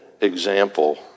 example